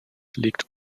liegt